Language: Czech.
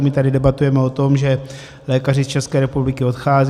My tady debatujeme o tom, že lékaři z České republiky odcházejí.